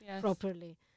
properly